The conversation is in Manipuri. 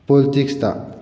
ꯄꯣꯂꯤꯇꯤꯛꯇ